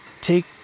take